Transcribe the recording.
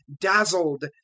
dazzled